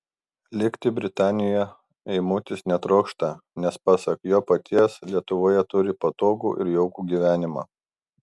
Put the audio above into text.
likti britanijoje eimutis netrokšta nes pasak jo paties lietuvoje turi patogų ir jaukų gyvenimą